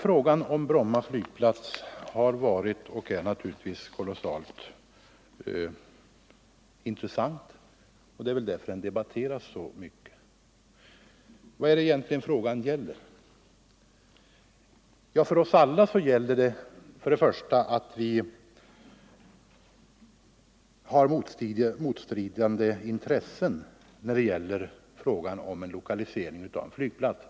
Frågan om Bromma har varit och är kolossalt intressant, och det är väl därför den debatteras så mycket. Vad är det egentligen frågan gäller? Nr 128 Vi har alla, beroende på var vi bor, motstridande intressen när det gäller Tisdagen den frågan om lokalisering av en flygplats.